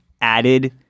added